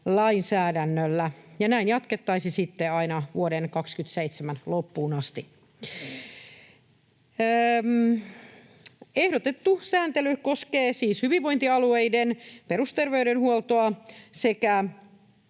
lainsäädännöllä. Näin jatkettaisiin sitten aina vuoden 27 loppuun asti. Ehdotettu sääntely koskee siis hyvinvointialueiden perusterveydenhuoltoa sekä